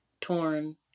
torn